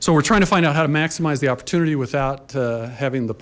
so we're trying to find out how to maximize the opportunity without having the